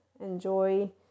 enjoy